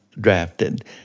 drafted